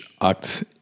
act